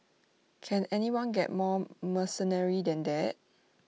can anyone get more mercenary than that